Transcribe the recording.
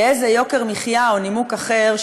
יהא זה יוקר מחיה או נימוק אחר,